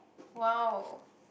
!wow!